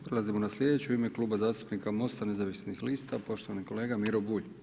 Prelazimo na slijedeću, u ime Kluba zastupnika Mosta nezavisnih lista, poštovani kolega Miro Bulj.